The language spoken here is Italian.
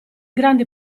grandi